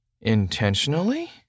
intentionally